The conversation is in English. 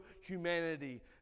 humanity